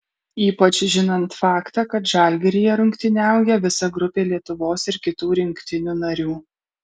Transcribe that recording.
ypač žinant faktą kad žalgiryje rungtyniauja visa grupė lietuvos ir kitų rinktinių narių